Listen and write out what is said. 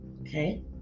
Okay